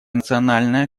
национальная